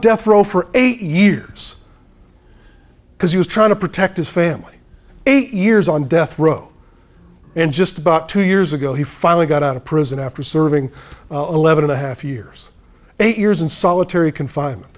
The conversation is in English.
death row for eight years because he was trying to protect his family eight years on death row and just about two years ago he finally got out of prison after serving eleven and a half years eight years in solitary confinement